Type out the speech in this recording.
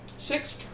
Six